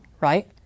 right